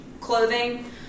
clothing